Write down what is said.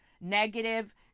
negative